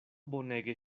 bonege